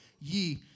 ye